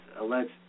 alleged